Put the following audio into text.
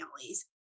families